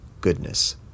goodness